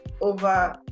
over